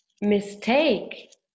mistake